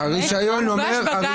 הוגש בג"ץ שלנו.